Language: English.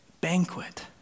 banquet